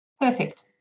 Perfect